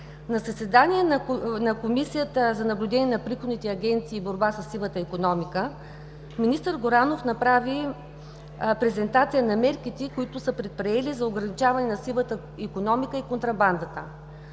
На заседание на Комисията за наблюдение на приходните агенции и борба със сивата икономика министър Горанов направи презентация на мерките, които са предприели за ограничаване на сивата икономика и контрабандата.